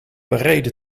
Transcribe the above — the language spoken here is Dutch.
bereden